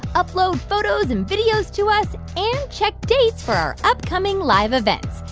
upload photos and videos to us and check dates for our upcoming live events.